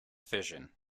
fission